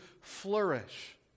flourish